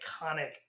iconic